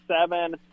seven